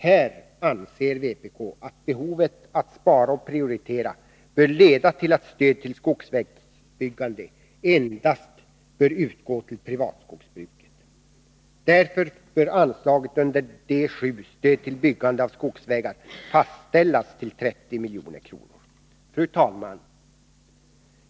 Här anser vpk att behovet att spara och prioritera bör leda till att stöd till skogsvägsbyggande endast bör utgå till privatskogsbruket. Därför bör anslaget under D 7. Stöd till byggande av skogsvägar fastställas till 30 milj.kr. Fru talman!